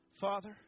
Father